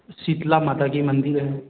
शीतला माता की मंदिर है